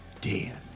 Dan